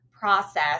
process